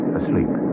asleep